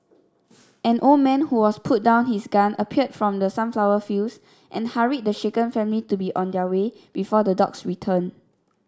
an old man who was putting down his gun appeared from the sunflower fields and hurried the shaken family to be on their way before the dogs return